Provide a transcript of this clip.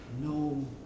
No